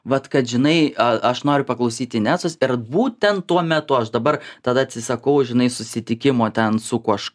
vat kad žinai a aš noriu paklausyti inesos ir būtent tuo metu aš dabar tada atsisakau žinai susitikimo ten su kuo aš